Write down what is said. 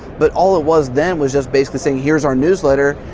but all it was then was just basically saying, here's our newsletter,